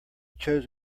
chose